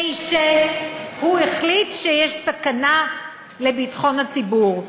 שהוא החליט שיש סכנה לביטחון הציבור.